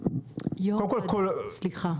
קודם כל --- יושב הראש, סליחה.